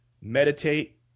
meditate